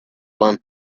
one